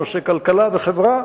בנושאי כלכלה וחברה.